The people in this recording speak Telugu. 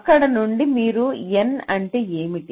అక్కడ నుండి మీరు N అంటే ఏమిటి